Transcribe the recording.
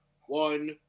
one